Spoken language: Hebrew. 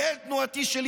כולל תנועתי שלי,